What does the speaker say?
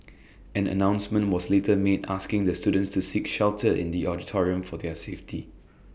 an announcement was later made asking the students to seek shelter in the auditorium for their safety